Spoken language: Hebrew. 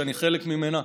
שאני חלק ממנה,